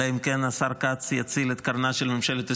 אלא אם כן השר כץ יציל את קרנה של ממשלת ישראל,